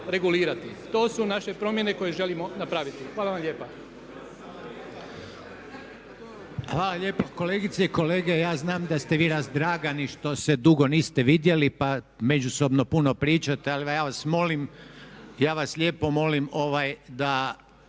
To su naše promjene koje želimo napraviti. Hvala vam lijepa. **Reiner,